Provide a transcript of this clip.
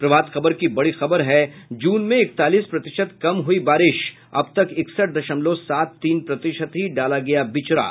प्रभात खबर की बड़ी खबर है जून में एकतालीस प्रतिशत कम हुई बारिश अब तक इकसठ दशमलव सात तीन प्रतिशत ही डाला गया बिचड़ा